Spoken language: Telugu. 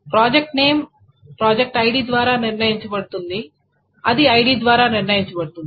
ప్రాజెక్ట్ నేమ్ ప్రాజెక్ట్ ఐడి ద్వారా నిర్ణయించబడుతుంది అది ఐడి ద్వారా నిర్ణయించబడుతుంది